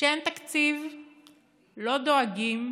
כשאין תקציב לא דואגים